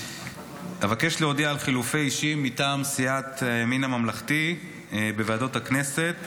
אבקש להודיע על חילופי אישים מטעם סיעת הימין הממלכתי בוועדות הכנסת